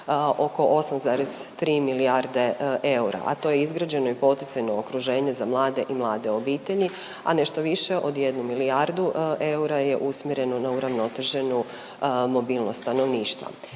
oko 8,3 milijarde eura, a to je izgrađeno i poticajno okruženje za mlade i mlade obitelji, a nešto više od 1 milijardu eura je usmjereno na uravnoteženu mobilnost stanovništva.